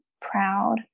proud